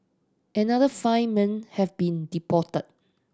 another five men have been deported